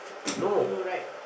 no no no right